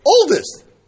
oldest